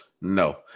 no